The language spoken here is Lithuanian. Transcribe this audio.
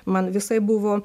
man visai buvo